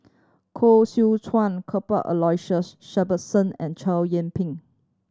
Koh Seow Chuan Cuthbert Aloysius Shepherdson and Chow Yian Ping